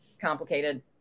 complicated